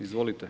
Izvolite.